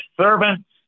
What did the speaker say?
servants